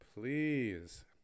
please